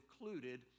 included